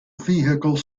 vehicle